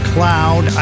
Cloud